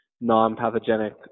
non-pathogenic